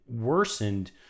worsened